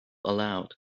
aloud